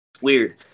weird